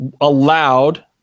allowed